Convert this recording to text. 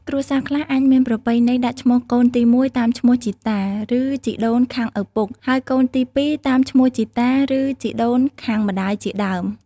គ្រួសារខ្លះអាចមានប្រពៃណីដាក់ឈ្មោះកូនទីមួយតាមឈ្មោះជីតា ឬជីដូនខាងឪពុក ហើយកូនទីពីរតាមឈ្មោះជីតា ឬជីដូនខាងម្តាយជាដើម។